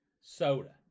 soda